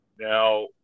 Now